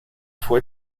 fue